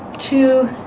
to.